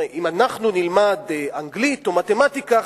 הם אמרו: אם אנחנו נלמד אנגלית או מתמטיקה,